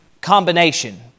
combination